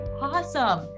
awesome